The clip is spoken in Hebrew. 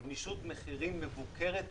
גמישות מחירים מבוקרת ומפוקחת.